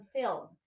film